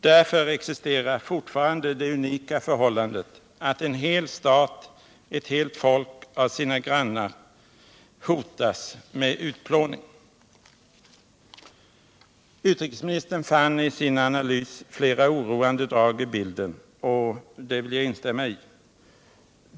Därför existerar fortfarande det unika förhållandet att en hel stat, ett helt folk av sina grannar hotas med utplåning. Utrikesministern fann i sin analys flera oroande drag i bilden, och det vill jag instämma i.